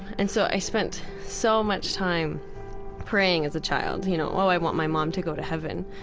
and so i spent so much time praying as a child, you know, oh, i want my mom to go to heaven.